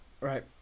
right